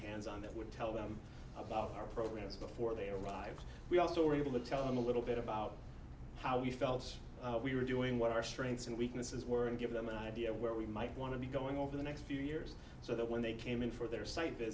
hands on that would tell them about our programs before they arrived we also were able to tell them a little bit about how we felt we were doing what our strengths and weaknesses were and give them an idea of where we might want to be going over the next few years so that when they came in for their site